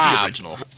original